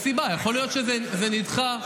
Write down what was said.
אז רגע, שנייה.